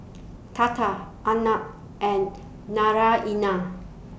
Tata Arnab and